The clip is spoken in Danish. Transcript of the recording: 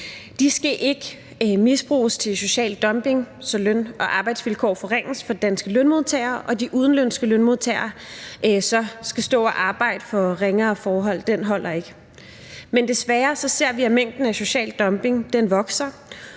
De skal ikke misbruges til social dumping, så løn- og arbejdsvilkår forringes for danske lønmodtagere og de udenlandske lønmodtagere skal arbejde under ringere forhold – den holder ikke. Men desværre ser vi, at mængden af social dumping vokser,